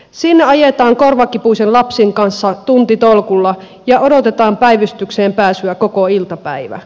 sinne ajetaan korvakipuisen lapsen kanssa tuntitolkulla ja odotetaan päivystykseen pääsyä koko iltapäivä